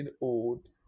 old